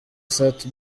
sat